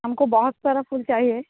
हमको बहुत सारा फूल चाहिए